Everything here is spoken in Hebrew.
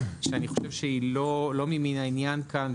שאני חושב שהיא לא ממין העניין כאן,